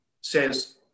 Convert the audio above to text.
says